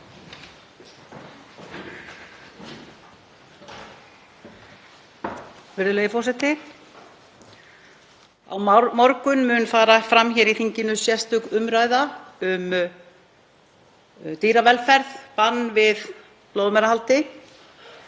Virðulegi forseti. Á morgun mun fara fram hér í þinginu sérstök umræða um dýravelferð, bann við blóðmerahaldi.